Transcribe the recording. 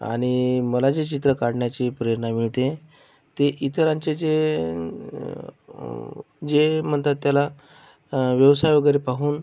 आणि मला जे चित्र काढण्याची प्रेरणा मिळते ते इतरांचे जे जे म्हणतात त्याला व्यवसाय वगैरे पाहून